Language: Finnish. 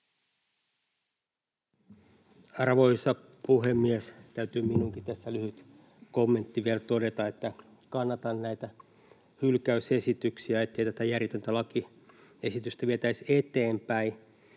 Arvoisa puhemies! Täytyy minunkin tässä lyhyt kommentti vielä todeta, että kannatan näitä hylkäysesityksiä, ettei tätä järjetöntä lakiesitystä vietäisi eteenpäin.